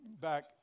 back